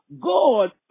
god